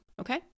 okay